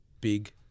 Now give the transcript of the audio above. big